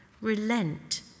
relent